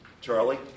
Charlie